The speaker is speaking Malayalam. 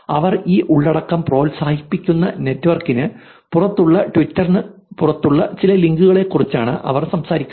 അവർ ഈ ഉള്ളടക്കം പ്രോത്സാഹിപ്പിക്കുന്ന നെറ്റ്വർക്കിന് പുറത്തുള്ള ട്വിറ്ററിന് പുറത്തുള്ള ചില ലിങ്കുകളെക്കുറിച്ചാണ് അവർ സംസാരിക്കുന്നത്